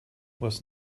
was